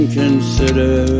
consider